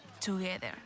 together